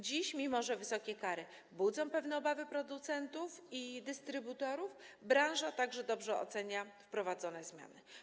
Dziś, mimo że wysokie kary budzą pewne obawy producentów i dystrybutorów, branża także dobrze ocenia wprowadzone zmiany.